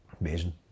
Amazing